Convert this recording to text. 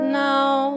now